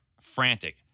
frantic